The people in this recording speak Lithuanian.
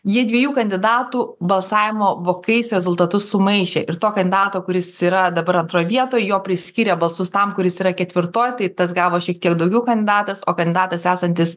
jie dviejų kandidatų balsavimo vokais rezultatus sumaišė ir to kandidato kuris yra dabar antroj vietoj jo priskyrė balsus tam kuris yra ketvirtoj tai tas gavo šiek tiek daugiau kandidatas o kandidatas esantis